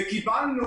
וקיבלנו,